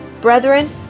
Brethren